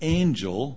angel